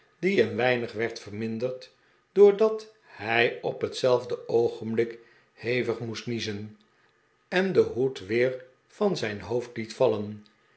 die een weinig werd verminderd doordaf hij op hetzelfde oogenblik hevig moest niezen en den hoed weer van zijn hoofd liet vallen